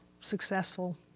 successful